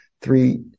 three